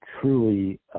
truly